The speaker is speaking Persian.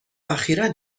اخیرا